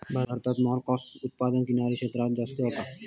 भारतात मोलस्कास उत्पादन किनारी क्षेत्रांत जास्ती होता